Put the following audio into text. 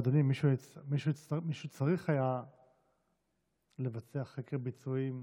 אדוני, מישהו צריך היה לבצע חקר ביצועים